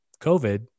COVID